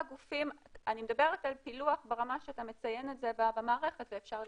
אני מדברת על פילוח ברמה שאתה מציין את זה במערכת ואפשר לשלוף.